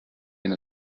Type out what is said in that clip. been